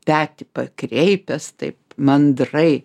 petį pakreipęs taip mandrai